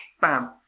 bam